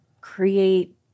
create